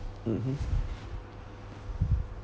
mmhmm